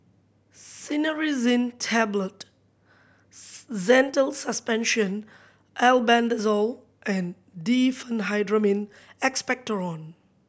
Cinnarizine Tablet Zental Suspension Albendazole and Diphenhydramine Expectorant